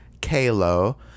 Kalo